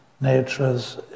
nature's